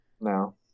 no